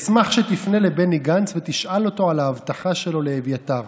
אשמח שתפנה לבני גנץ ותשאל אותו על ההבטחה שלו לאביתר.